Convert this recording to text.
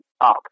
up